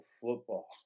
football